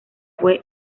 fue